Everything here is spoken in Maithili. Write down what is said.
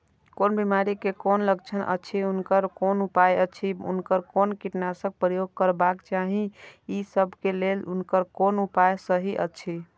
कोन बिमारी के कोन लक्षण अछि उनकर कोन उपाय अछि उनकर कोन कीटनाशक प्रयोग करबाक चाही ई सब के लेल उनकर कोन उपाय सहि अछि?